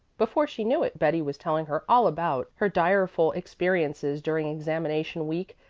before she knew it, betty was telling her all about her direful experiences during examination week,